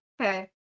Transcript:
Okay